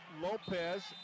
Lopez